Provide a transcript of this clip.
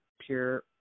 pure